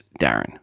Darren